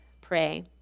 pray